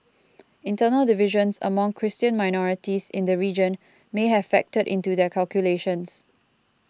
internal divisions among Christian minorities in the region may have factored into their calculations